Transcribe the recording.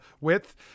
width